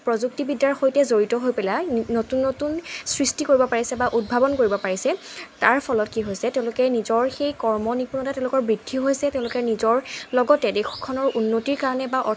প্ৰযুক্তিবিদ্যাৰ সৈতে জড়িত হৈ পেলাই নতুন নতুন সৃষ্টি কৰিব পাৰিছে বা উদ্ভাৱন কৰিব পাৰিছে তাৰফলত কি হৈছে তেওঁলোকে নিজৰ সেই কৰ্ম নিপুণতা তেওঁলোকৰ বৃদ্ধি হৈছে তেওঁলোকে নিজৰ লগতে দেশখনৰ উন্নতিৰ কাৰণে বা